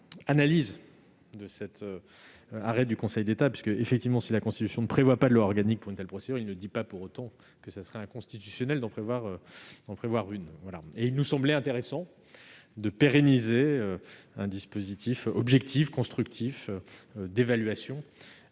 de l'arrêt du Conseil d'État, monsieur Fialaire. En effet, si la Constitution ne prévoit pas de loi organique pour une telle procédure, elle ne dit pas qu'il soit inconstitutionnel d'en prévoir une. Il nous semblait intéressant de pérenniser un dispositif objectif et constructif d'évaluation